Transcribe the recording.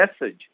message